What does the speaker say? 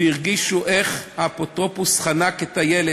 והרגישו איך האפוטרופוס חנק את הילד,